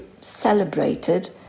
celebrated